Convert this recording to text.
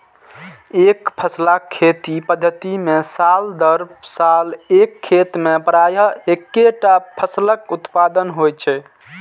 एकफसला खेती पद्धति मे साल दर साल एक खेत मे प्रायः एक्केटा फसलक उत्पादन होइ छै